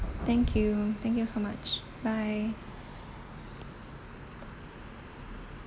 thank you thank you so much bye